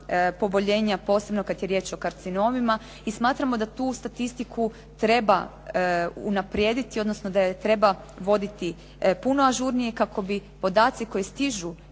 poboljenja, posebno kada je riječ o karcinomima i smatramo da tu statistiku treba unaprijediti, odnosno da je treba voditi puno ažurnije kako bi podaci koji stižu